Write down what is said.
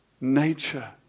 nature